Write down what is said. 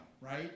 right